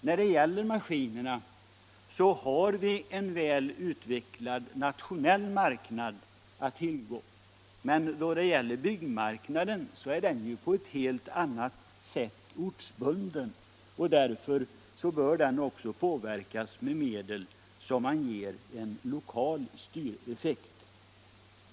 Den nationella marknaden i fråga om maskinerna är väl utvecklad, medan byggmarknaden på ett helt annat sätt är ortsbunden och därför bör påverkas med medel som ger en lokal styreffekt.